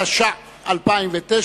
התש"ע 2009,